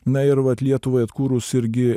na ir vat lietuvai atkūrus irgi